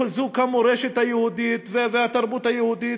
חיזוק המורשת היהודית והתרבות היהודית,